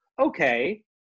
okay